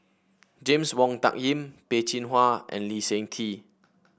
James Wong Tuck Yim Peh Chin Hua and Lee Seng Tee